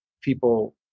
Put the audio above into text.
people